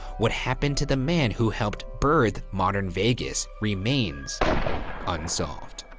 what happened to the man who helped birth modern vegas remains unsolved.